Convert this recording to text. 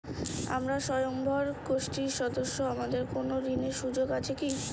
আমরা স্বয়ম্ভর গোষ্ঠীর সদস্য আমাদের কোন ঋণের সুযোগ আছে কি?